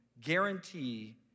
guarantee